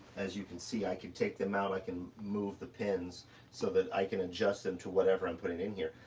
as you can see, i can take them out. i can move the pins so that i can adjust them to whatever i'm putting in here.